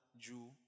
Jew